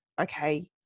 okay